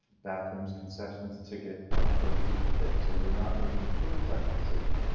bathrooms, concessions, ticket for a future phase. so we're not making shortsighted decisions.